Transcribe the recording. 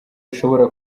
bishobora